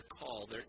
call